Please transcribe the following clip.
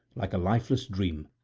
like a lifeless dream,